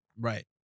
Right